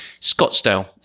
Scottsdale